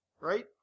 Right